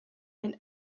and